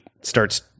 starts